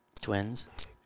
Twins